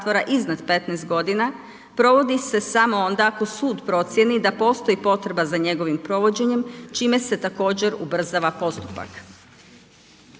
iznad 15 godina provodi se samo onda ako sud procjeni da postoji potreba za njegovim provođenjem čime se također ubrzava postupak.